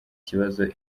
kibazo